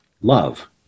Love